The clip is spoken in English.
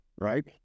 Right